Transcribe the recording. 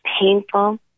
painful